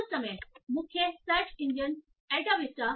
उस समय मुख्य सर्च इंजन अल्ताविस्टा था